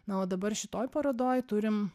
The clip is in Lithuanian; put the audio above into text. na o dabar šitoj parodoj turim